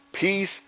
Peace